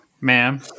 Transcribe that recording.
ma'am